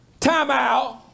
Timeout